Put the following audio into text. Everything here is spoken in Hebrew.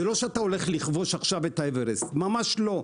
זה לא שאתה הולך לכבוש את האוורסט, ממש לו.